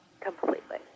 completely